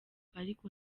ariko